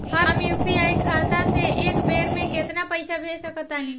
हम यू.पी.आई खाता से एक बेर म केतना पइसा भेज सकऽ तानि?